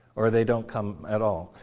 or they don't come at all.